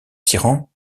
tyran